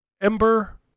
Ember